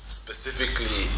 specifically